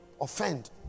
Offend